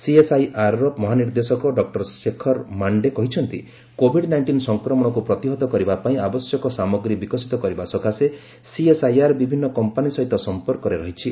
ସିଏସ୍ଆଇଆର୍ର ମହାନିର୍ଦ୍ଦେଶକ ଡକ୍ଟର ଶେଖର ମାଣ୍ଡେ କହିଛନ୍ତି Covid nineteen ସଂକ୍ରମଣକୁ ପ୍ରତିହତ କରିବାପାଇଁ ଆବଶ୍ୟକ ସାମଗ୍ରୀ ବିକଶିତ କରିବା ସକାଶେ ସିଏସ୍ଆଇଆର୍ ବିଭିନ୍ନ କମ୍ପାନୀ ସହିତ ସମ୍ପର୍କରେ ରହିଛି